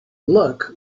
luck